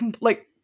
like-